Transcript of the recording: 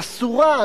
אסורה.